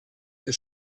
ihr